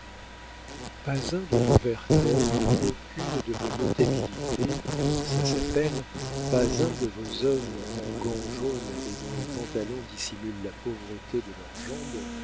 pas un de vos werther aucune de vos notabilités comme ça s'appelle pas un de vos hommes en gants jaunes et dont les pantalons dissimulent la pauvreté de leurs jambes